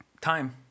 time